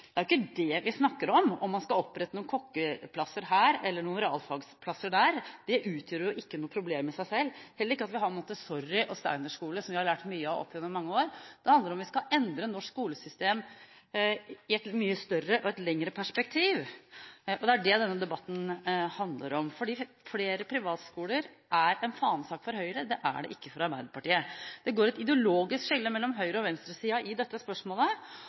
vi har montessori- og steinerskole, som vi har lært mye av opp gjennom mange år. Det handler om hvorvidt vi skal endre norsk skolesystem i et mye større og lengre perspektiv. Det er det denne debatten handler om – fordi flere privatskoler er en fanesak for Høyre, det er det ikke for Arbeiderpartiet. Det går et ideologisk skille mellom høyre- og venstresida i dette spørsmålet,